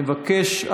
אני מבקש,